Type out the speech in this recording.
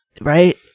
Right